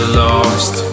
lost